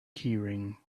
keyring